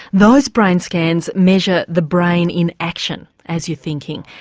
those brain scans measure the brain in action as you're thinking.